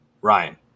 Ryan